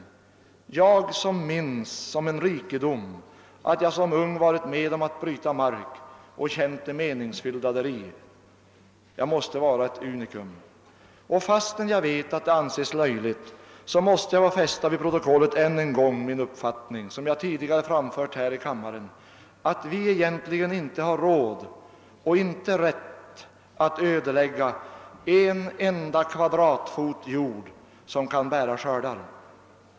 Jag som minns som en rikedom att jag själv som ung har varit med om att bryta mark och känt det meningsfyllda däri — jag måste vara ett unicum. Och trots att jag vet att det anses löjligt måste jag än en gång i protokollet få ge uttryck åt min uppfattning, som jag tidigare har framfört här i kammaren, att vi egentligen inte har råd och inte har rätt att ödelägga en enda kvadratfot jord som kan bära skördar.